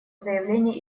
заявление